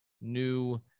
new